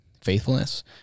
faithfulness